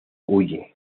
huye